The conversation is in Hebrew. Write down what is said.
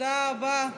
תודה רבה.